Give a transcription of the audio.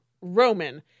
Roman